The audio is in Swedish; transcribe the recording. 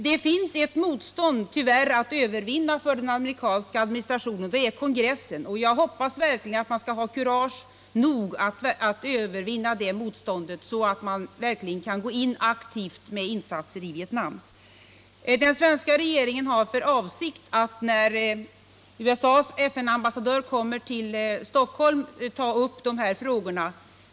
Det finns tyvärr ett motstånd att övervinna för den amerikanska administrationen, och det är kongressen. Jag hoppas verkligen att man skall ha kurage nog att övervinna detta och gå in aktivt med insatser i Vietnam. Den svenska regeringen har för avsikt att när USA:s FN-ambassadör kommer till Stockholm ta upp de här frågorna.